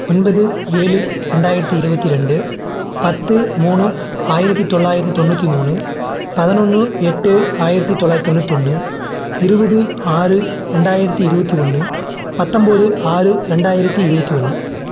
ஒன்பது ஏழு ரெண்டாயிரத்தி இருபத்தி ரெண்டு பத்து மூணு ஆயிரத்தி தொள்ளாயிரத்தி தொண்ணூற்று மூணு பதினொன்று எட்டு ஆயிரத்தி தொள்ளாயிரத்தி தொண்ணூத்தொன்று இருபது ஆறு ரெண்டாயிரத்தி இருபத்தி ஒன்று பத்தொம் போது ஆறு ரெண்டாயிரத்தி இருபத்தி ஒன்று